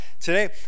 Today